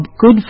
good